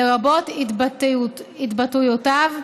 לרבות התבטאויותיו,